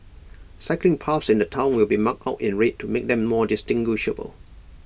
cycling paths in the Town will be marked out in red to make them more distinguishable